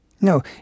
No